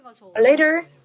Later